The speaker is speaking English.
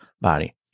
body